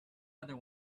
other